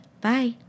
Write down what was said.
bye